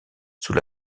sous